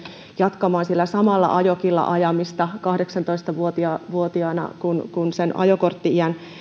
jatkamaan sillä samalla ajokilla ajamista kahdeksantoista vuotiaana vuotiaana kun kun sen virallisen ajokortti iän